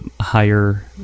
higher